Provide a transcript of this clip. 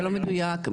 לא מדויק,